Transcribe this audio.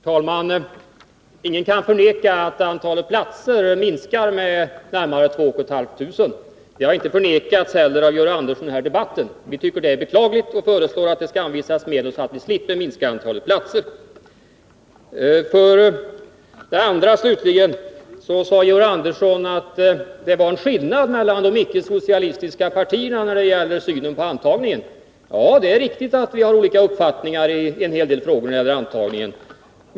Herr talman! Ingen kan förneka att antalet platser minskar med närmare 2 500. Inte heller Georg Andersson förnekade det här i dag. Vi tycker att minskningen är beklaglig och föreslår att det skall anvisas medel så att vi slipper minska antalet platser. Georg Andersson sade att det var en skillnad mellan de icke-socialistiska partierna när det gäller synen på antagningen. Ja, det är riktigt att vi har olika uppfattningar i en hel del frågor när det gäller antagningen.